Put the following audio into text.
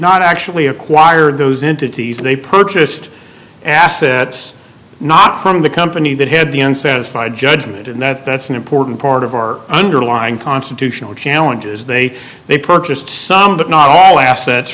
not actually acquired those entities they purchased assets not from the company that had the unsatisfied judgment and that's an important part of our underlying constitutional challenges they they purchased some but not all assets